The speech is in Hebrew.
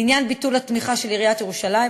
לעניין ביטול התמיכה של עיריית ירושלים,